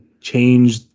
change